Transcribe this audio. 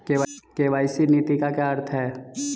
KYC नीति का क्या अर्थ है?